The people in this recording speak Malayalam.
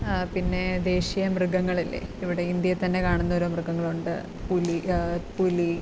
പിന്നെ ദേശീയ മൃഗങ്ങളില്ലേ ഇവിടെ ഇന്ത്യയിൽ തന്നെ കാണുന്നോരോ മൃഗങ്ങളുണ്ട് പുലി പുലി